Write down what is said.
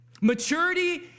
Maturity